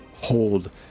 hold